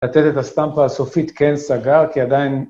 ‫לתת את הסטמפה הסופית כן סגר, ‫כי עדיין...